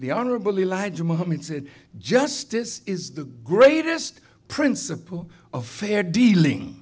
said justice is the greatest principle of fair dealing